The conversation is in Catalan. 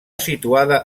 situada